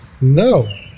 No